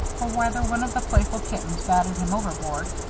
or whether one of the playful kittens batted him overboard,